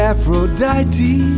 Aphrodite